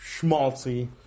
schmaltzy